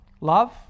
love